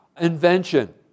invention